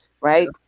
right